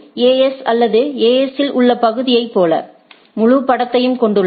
AS அல்லது AS இல் உள்ள பகுதியைப் போல முழுப் படத்தையும் கொண்டுள்ளது